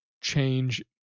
change